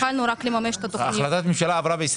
התחלנו לממש את התוכניות.